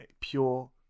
pure